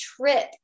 trip